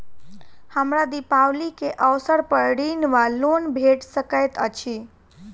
हमरा दिपावली केँ अवसर पर ऋण वा लोन भेट सकैत अछि?